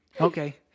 Okay